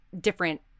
different